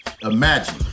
imagine